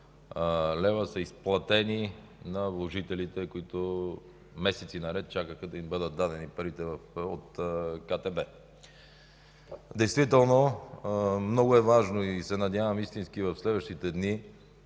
лв., са изплатени на вложителите, които месеци наред чакаха да им бъдат дадени парите от КТБ. Действително е много важно и се надявам истински в следващите дни